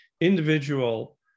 individual